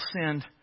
send